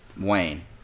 wayne